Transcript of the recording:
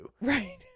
Right